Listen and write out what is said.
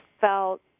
felt